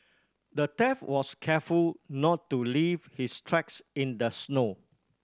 the thief was careful to not leave his tracks in the snow